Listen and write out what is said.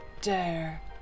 Dare